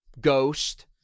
ghost